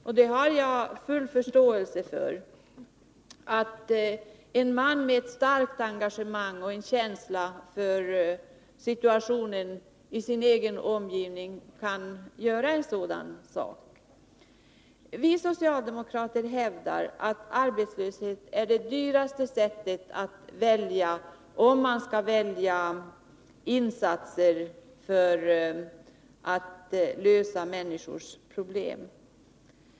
Jag har full förståelse för att en man med starkt engagemang och en känsla för situationen i sin egen omgivning kan göra en sådan sak. Vi socialdemokrater hävdar att arbetslöshet är det dyraste sättet, om man skall välja insatser för att lösa människors problem.